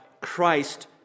Christ